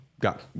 Got